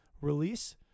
release